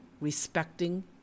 respecting